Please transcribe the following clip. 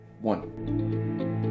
One